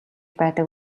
байдаг